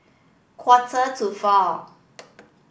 quarter to four